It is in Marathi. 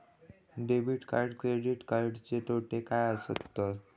डेबिट आणि क्रेडिट कार्डचे तोटे काय आसत तर?